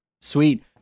Sweet